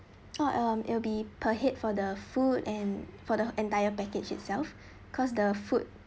orh um it will be per head for the food and for the entire package itself because the food